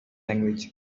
language